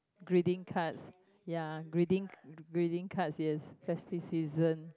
greeting cards ya greeting greeting cards yes festive season